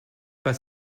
pas